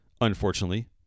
Unfortunately